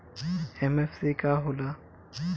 MFC का हो़ला?